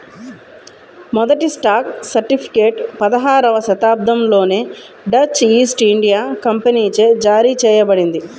మొదటి stock certificate పదహారవ శతాబ్దంలోనే డచ్ ఈస్ట్ ఇండియా కంపెనీచే జారీ చేయబడింది